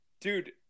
dude